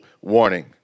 warning